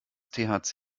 thc